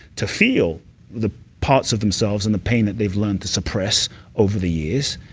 to feel the parts of themselves and the pain that they've learned to suppress over the years,